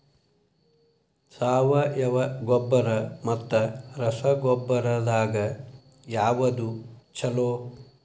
ಸಾವಯವ ಗೊಬ್ಬರ ಮತ್ತ ರಸಗೊಬ್ಬರದಾಗ ಯಾವದು ಛಲೋ?